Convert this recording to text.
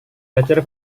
belajar